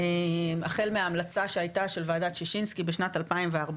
החל מההמלצה שהייתה של ועדת שישינסקי בשנת 2014,